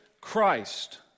Christ